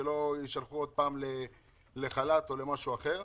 שלא יישלחו עוד פעם לחל"ת או למשהו אחר,